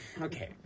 Okay